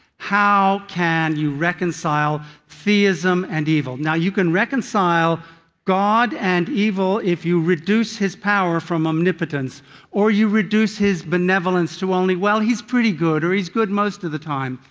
how can you reconcile theism and evil? now you can reconcile god and evil if you reduce his power from omnipotence or you reduce his benevolence to only, well, he is pretty good, or he is good most of the time,